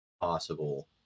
possible